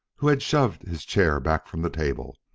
who had shoved his chair back from the table.